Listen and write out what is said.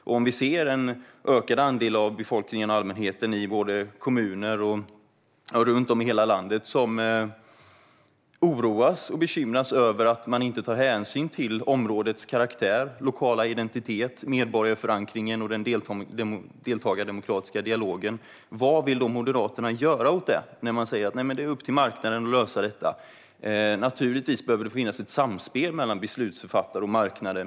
Om vi ser en ökad andel av befolkningen och allmänheten i kommuner och runt om i hela landet som oroas och bekymras över att man inte tar hänsyn till områdets karaktär, lokala identitet, medborgarförankringen och den demokratiska dialogen, vad vill Moderaterna då göra åt detta när de säger att det är upp till marknaden att lösa detta? Naturligtvis behöver det finnas ett samspel mellan beslutsfattare och marknaden.